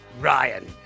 Ryan